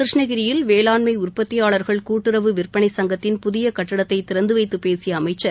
கிருஷ்ணகிரியில் வேளாண்மை உற்பத்தியாளர்கள் கூட்டுறவு விற்பனை சங்கத்தின் புதிய கட்டடத்தை திறந்துவைத்து பேசிய அமைச்சர்